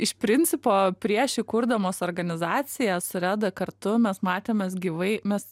iš principo prieš įkurdamos organizaciją su reda kartu mes matėmės gyvai mes